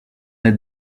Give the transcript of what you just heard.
est